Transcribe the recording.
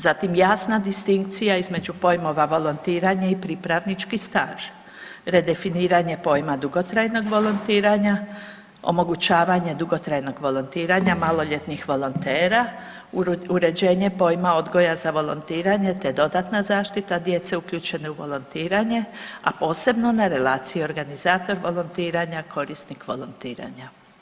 Zatim jasna distinkcija između pojmova „volontiranje“ i „pripravnički staž“, redefiniranje pojma dugotrajnog volontiranja, omogućavanje dugotrajnog volontiranja maloljetnih volontera, uređenje pojma odgoja za volontiranje, te dodatna zaštita djece uključene u volontiranje, a posebno na relaciji organizator volontiranja – korisnik volontiranja.